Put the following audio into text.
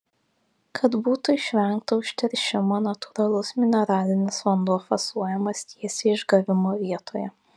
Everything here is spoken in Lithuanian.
kad būtų išvengta užteršimo natūralus mineralinis vanduo fasuojamas tiesiai išgavimo vietoje